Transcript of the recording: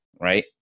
Right